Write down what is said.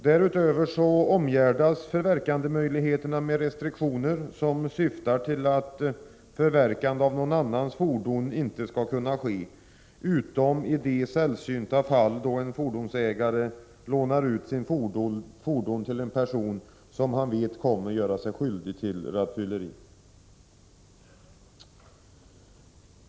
Därutöver omgärdas möjligheterna till förverkande med restriktioner som syftar till att förverkande av någon annans fordon inte skall ske, utom i de sällsynta fall då en fordonsägare lånar ut sitt fordon till en person som han vet kommer att göra sig skyldig till rattfylleri.